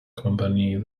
company